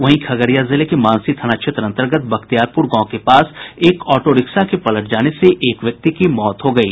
वहीं खगड़िया जिले के मानसी थाना क्षेत्र अंतर्गत बख्तियारपुर गांव के पास एक ऑटोरिक्शा के पलट जाने से एक व्यक्ति की मौत हो गयी